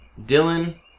Dylan